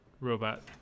robot